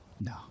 No